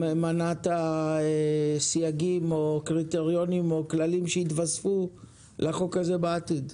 מנעת סייגים או קריטריונים או כללים שיתווספו לחוק הזה בעתיד.